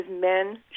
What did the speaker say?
men